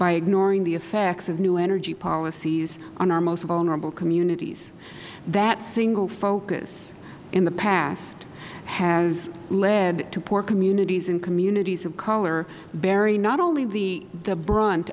by ignoring the effects of new energy policies on our most vulnerable communities that single focus in the past has led to poor communities and communities of color bearing notonly the brunt